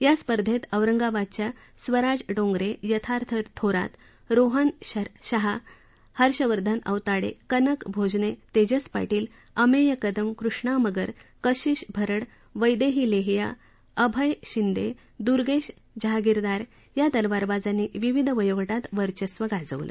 या स्पर्धेत औरंगाबादच्या स्वराज डोंगरे यथार्थ थोरात रोहन शहा हर्षवर्धन औताडे कनक भोजने तेजस पाटील अमेय कदम कृष्णा मगर कशिश भरड वैदेही लोहिया अभय शिंदे द्र्गेश जहागीरदार या तलवारबाजांनी विविध वयोगटांत वर्चस्व गाजवलं